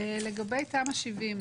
לגבי תמ"א 70,